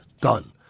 Done